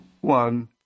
one